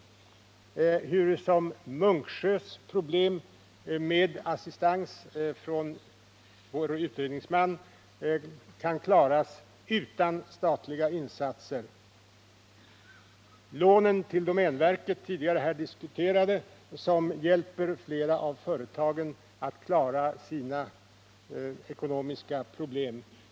Vidare vill jag peka på hurusom Munksjös problem med assistens från vår utredningsman kan klaras utan statliga insatser och på lånen till domänverket, tidigare här diskuterade, som hjälper flera av företagen att klara sina ekonomiska problem.